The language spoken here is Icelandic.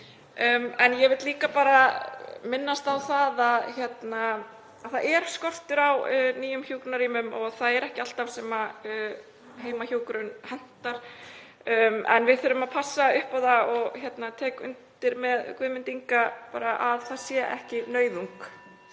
Ég vil líka minnast á það hérna að það er skortur á nýjum hjúkrunarrýmum og það er ekki alltaf sem heimahjúkrun hentar. En við þurfum að passa upp á það og ég tek undir með Guðmundi Inga um að það sé ekki nauðung